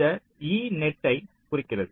இந்த e net ஐ குறிக்கிறது